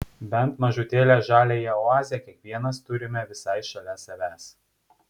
bent mažutėlę žaliąją oazę kiekvienas turime visai šalia savęs